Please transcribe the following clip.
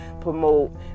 promote